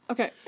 Okay